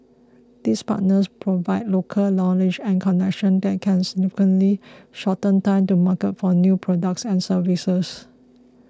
these partners provide local knowledge and connections that can significantly shorten time to market for new products and services